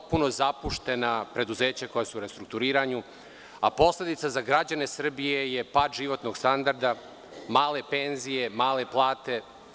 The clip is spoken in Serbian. Potpuno su zapuštena preduzeća koja su restrukturiranju, a posledica za građane Srbije je pad životnog standarda, male penzije, male plate.